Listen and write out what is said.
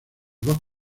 dos